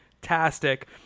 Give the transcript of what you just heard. fantastic